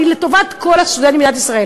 אני לטובת כל הסטודנטים במדינת ישראל,